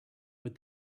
but